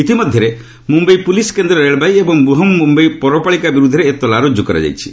ଇତିମଧ୍ୟରେ ମୁମ୍ୟାଇ ପୁଲିସ୍ କେନ୍ଦ୍ରର ରେଳବାଇ ଏବଂ ବୃହନଂ ମୁମ୍ୟାଇ ପୌରପାଳିକା ବିରୁଦ୍ଧରେ ଏତଲା ରୁକୁ କରାଯାଇଛି